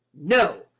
no!